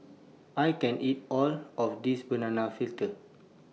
I can't eat All of This Banana Fritters